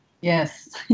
Yes